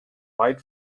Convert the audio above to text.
white